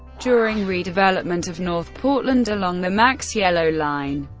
during redevelopment of north portland along the max yellow line,